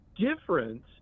difference